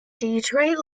detroit